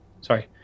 sorry